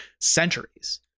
centuries